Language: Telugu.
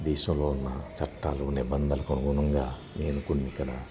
దేశంలో ఉన్న చట్టాలు నిబంధనలకు అనుగుణంగా నేను కొన్ని ఇక్కడ